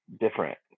different